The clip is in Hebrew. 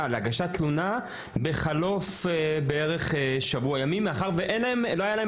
להגשת תלונה בחלוף כשבוע ימים מאחר שלא היה להם